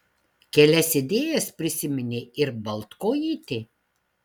kelias idėjas prisiminė ir baltkojytė